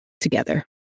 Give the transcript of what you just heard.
together